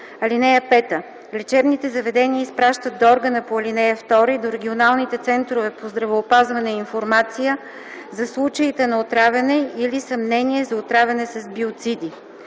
(5) Лечебните заведения изпращат до органа по ал. 2 и до регионалните центрове по здравеопазване информация за случаите на отравяне или съмнение за отравяне с биоциди.